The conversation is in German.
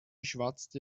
schwatzte